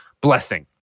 Blessing